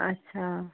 अच्छा